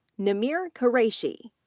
nameer qureshi,